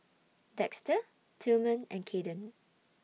Dexter Tilman and Caiden